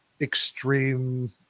extreme